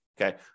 Okay